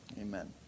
Amen